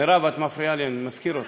מירב, את מפריעה לי, אנחנו מדברים עליך.